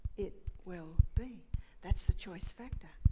it will be that's the choice factor.